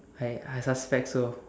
I I suspect so